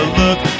look